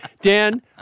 Dan